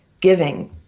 giving